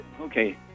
Okay